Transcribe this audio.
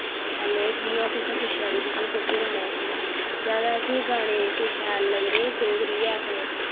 hello जियां तुसें पुच्छेआ के तुसें कोह्के गाने अच्छे लगदे ज्यादा असें गाने एह्के शैल लगदे डोगरी गै अपने